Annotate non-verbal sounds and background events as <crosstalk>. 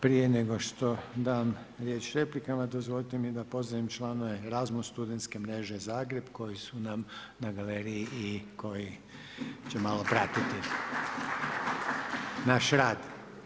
Prije nego što dam riječ replikama, dozvolite mi da pozdravim članove ERASMUS studentske mreže Zagreb koji su nam galeriji i koji će malo pratiti <applause> naš rad.